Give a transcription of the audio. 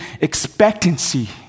expectancy